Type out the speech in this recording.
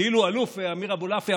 כאילו האלוף אמיר אבולעפיה,